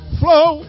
flow